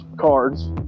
cards